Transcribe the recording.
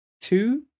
two